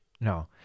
No